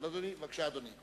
בבקשה, אדוני.